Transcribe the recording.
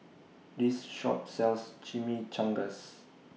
This Shop sells Chimichangas